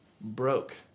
broke